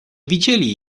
widzieli